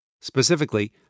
Specifically